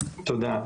תודה.